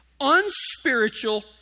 unspiritual